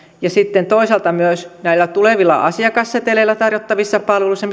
ja sitten toisaalta myös näillä tulevilla asiakasseteleillä tarjottavissa palveluissa